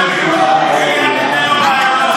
אתה